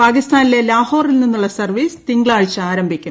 പാകിസ്ഥാനിലെ ലാഹോറിൽ നിന്നുള്ള സർവീസ് തിങ്കളാഴ്ച ആരംഭിക്കും